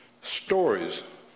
Stories